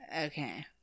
Okay